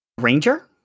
Ranger